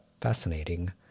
fascinating